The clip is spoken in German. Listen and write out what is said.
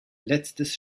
letztes